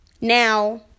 Now